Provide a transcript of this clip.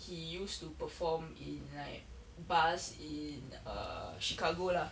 he used to perform in like bass in err chicago lah